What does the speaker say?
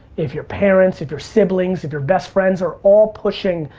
if your parents, if your siblings, if your best friends are all pushing,